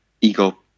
ego